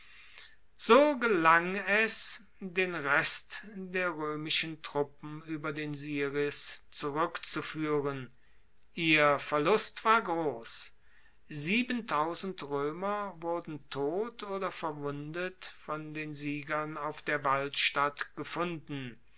so gelang es den rest der roemischen truppen ueber den siris zurueckzufuehren ihr verlust war gross roemer wurden tot oder verwundet von den siegern auf der walstatt gefunden